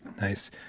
Nice